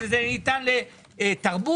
שזה ניתן לתרבות,